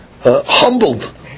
humbled